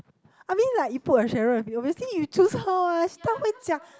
I mean like you put a Sheryl and me obviously you choose her [what] she 她会这样